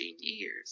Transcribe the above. years